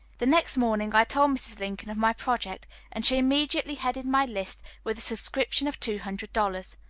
the next morning i told mrs. lincoln of my project and she immediately headed my list with a subscription of two hundred dollars.